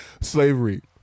slavery